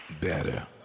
better